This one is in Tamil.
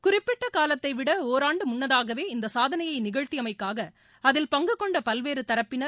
குறிப்பிட்ட காலத்தை விட ஒராண்டு முன்னதாகவே இந்த சாதனையை நிகழ்த்தியமைக்காக அதில் பங்கு கொண்ட பல்வேறு தரப்பினர்